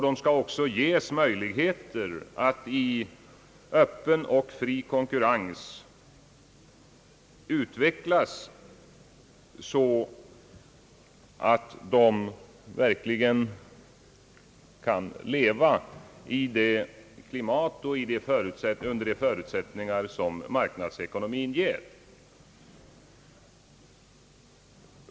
De skall också ges möjligheter att i öppen och fri konkurrens utvecklas så att de verkligen kan leva i det klimat och under de förutsättningar som marknadsekonomin ger.